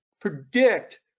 predict